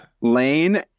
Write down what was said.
Lane